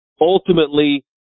ultimately